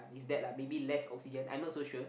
is that lah maybe less oxygen I not so sure